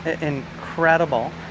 incredible